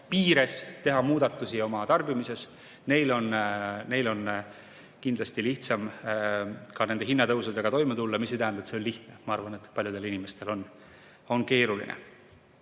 piires teha muudatusi oma tarbimises, on kindlasti lihtsam ka nende hinnatõusudega toime tulla, mis ei tähenda, et see on lihtne. Ma arvan, et paljudel inimestel on keeruline.